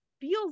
feels